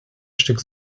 stück